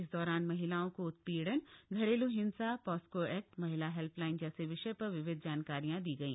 इस दौरान महिलाओं को उत्पीड़न घरेलू हिंसा पास्को एक्ट महिला हेल्प लाइन जस्प्रे विषय पर विधिक जानकारियां दी गई